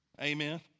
Amen